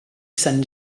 sant